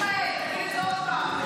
מיכאל, תגיד את זה עוד פעם.